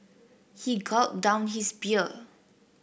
he gulped down his beer